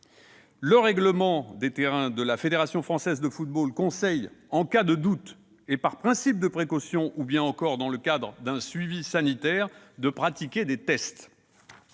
Le règlement des terrains de la Fédération française de football conseille, en cas de doute et par principe de précaution, ou bien encore dans le cadre d'un suivi sanitaire, de pratiquer des tests.